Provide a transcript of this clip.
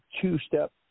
two-step